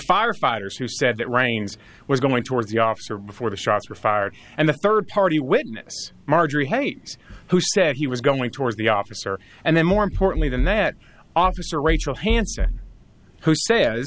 firefighters who said that raines was going towards the officer before the shots were fired and the third party witness marjorie hades who said he was going towards the officer and then more importantly than that officer rachel hanson who say